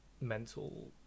mental